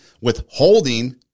withholding